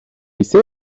ise